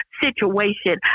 situation